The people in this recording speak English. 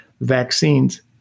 Vaccines